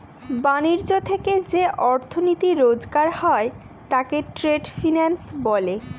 ব্যাণিজ্য থেকে যে অর্থনীতি রোজগার হয় তাকে ট্রেড ফিন্যান্স বলে